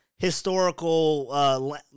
historical